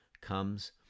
comes